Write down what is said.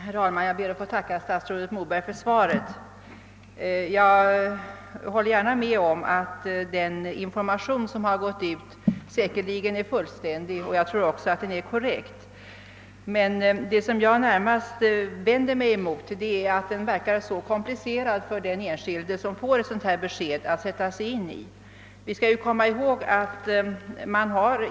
Herr talman! Jag ber att få tacka statsrådet Moberg för svaret. Jag håller gärna med om att den information som lämnats är fullständig, och jag tror också att den är korrekt. Vad jag närmast vänder mig mot är att det verkar så komplicerat för den enskilde som får ett sådant besked att sätta sig in i det.